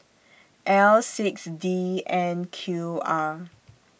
L six D N Q R